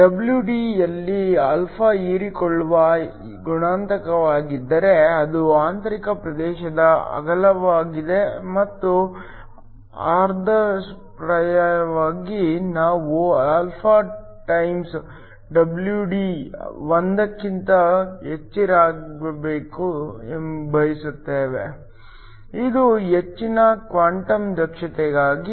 WD ಯಲ್ಲಿ alpha ಹೀರಿಕೊಳ್ಳುವ ಗುಣಾಂಕವಾಗಿದ್ದರೆ ಇದು ಆಂತರಿಕ ಪ್ರದೇಶದ ಅಗಲವಾಗಿದೆ ಮತ್ತು ಆದರ್ಶಪ್ರಾಯವಾಗಿ ನಾವು ಆಲ್ಫಾ ಟೈಮ್ಸ್ WD 1 ಕ್ಕಿಂತ ಹೆಚ್ಚಿರಬೇಕೆಂದು ಬಯಸುತ್ತೇವೆ ಇದು ಹೆಚ್ಚಿನ ಕ್ವಾಂಟಮ್ ದಕ್ಷತೆಗಾಗಿ